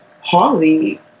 holly